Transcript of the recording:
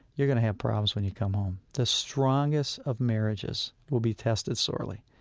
you're going to have problems when you come home. the strongest of marriages will be tested sorely.